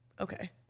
Okay